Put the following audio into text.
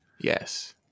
Yes